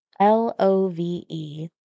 Love